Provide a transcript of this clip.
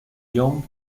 young